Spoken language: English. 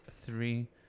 three